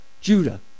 Judah